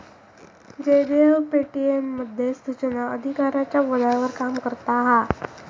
Jaydev Paytm मध्ये सुचना अधिकाराच्या पदावर काम करता हा